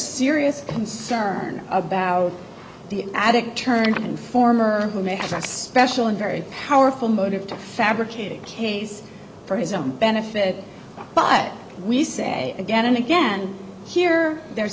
serious concern about the addict turned informer who may have a special and very powerful motive to fabricate a case for his own benefit but we say again and again here there's